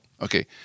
Okay